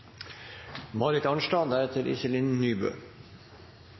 Marit Arnstad,